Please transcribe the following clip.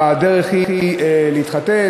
הדרך היא להתחתן,